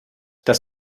das